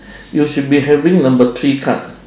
you should be having number three card